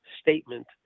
statement